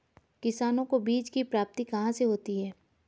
किसानों को बीज की प्राप्ति कहाँ से होती है?